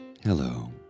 Hello